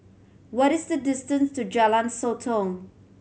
what is the distance to Jalan Sotong